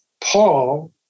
Paul